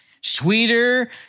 sweeter